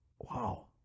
wow